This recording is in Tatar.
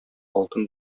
алтын